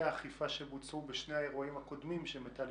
האכיפה שבוצעו בשני האירועים הקודמים שמיטל הזכירה?